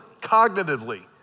cognitively